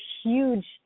huge